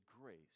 grace